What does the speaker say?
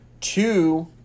two